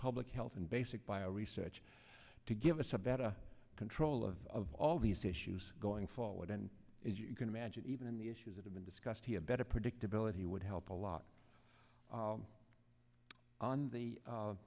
public health and basic bio research to give us a better control of all these issues going forward and as you can imagine even the issues that have been discussed here better predictability would help a lot on the